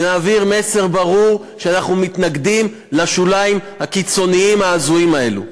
ונעביר מסר ברור שאנחנו מתנגדים לשוליים הקיצוניים ההזויים האלה.